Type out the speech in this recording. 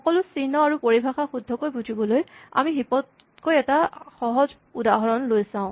সকলো চিহ্ন আৰু পৰিভাষা শুদ্ধকৈ বুজিবলৈ আমি হিপ তকৈ এটা সহজ উদাহৰণ লৈ চাওঁ